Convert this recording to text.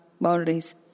boundaries